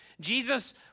Jesus